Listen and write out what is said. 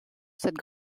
cette